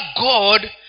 God